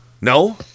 No